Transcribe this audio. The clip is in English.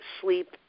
sleep